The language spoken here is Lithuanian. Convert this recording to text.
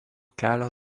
kelio